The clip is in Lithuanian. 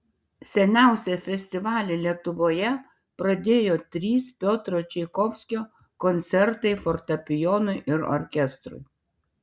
seniausią festivalį lietuvoje pradėjo trys piotro čaikovskio koncertai fortepijonui ir orkestrui